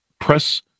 Press